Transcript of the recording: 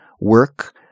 work